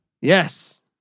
Yes